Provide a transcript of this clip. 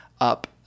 up